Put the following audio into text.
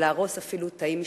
ולהרוס אפילו תאים משפחתיים.